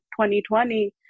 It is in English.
2020